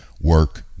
work